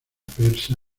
persa